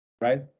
right